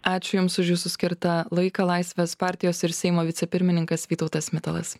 ačiū jums už jūsų skirtą laiką laisvės partijos ir seimo vicepirmininkas vytautas mitalas